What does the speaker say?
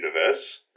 universe